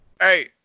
Hey